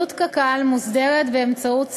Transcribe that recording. חשבונית ולא במסגרת של